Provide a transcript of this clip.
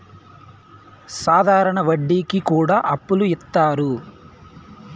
సాధారణ వడ్డీ కి కూడా అప్పులు ఇత్తారు